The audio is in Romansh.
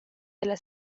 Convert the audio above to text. ella